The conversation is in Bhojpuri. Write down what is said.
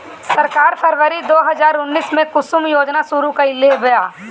सरकार फ़रवरी दो हज़ार उन्नीस में कुसुम योजना शुरू कईलेबा